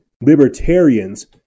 libertarians